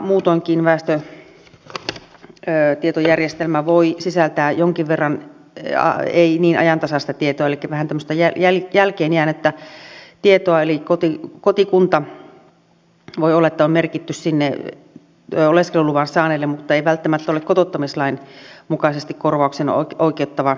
muutoinkin väestötietojärjestelmä voi sisältää jonkin verran ei niin ajantasaista tietoa elikkä vähän tämmöistä jälkeenjäänyttä tietoa eli voi olla että kotikunta on merkitty sinne oleskeluluvan saaneelle mutta se ei välttämättä ole kotouttamislain mukaisesti korvaukseen oikeuttava kunta